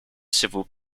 civil